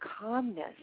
calmness